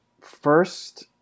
first